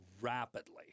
rapidly